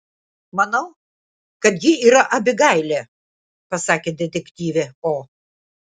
manau kad ji yra abigailė pasakė detektyvė o